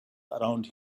around